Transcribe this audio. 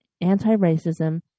anti-racism